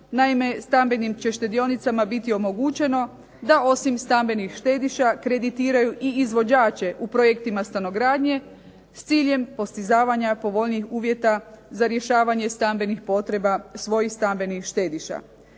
Naime, stambenim će štedionica biti omogućeno da osim stambenih štediša kreditiraju i proizvođače u projektima gradnje s ciljem postizavanja povoljnijih uvjeta za rješavanje stambenih potreba svojih stambenih štediša.